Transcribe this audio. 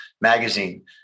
magazine